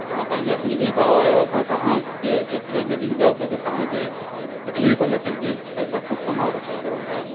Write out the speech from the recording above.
तव्हां पंहिंजा सिंधी भाउ आहियो असां तव्हांखे एतिरे में ॾींदासीं त तव्हांखे तकलीफ़ न थींदी पैसा खूब कमाए रखिया अथव छा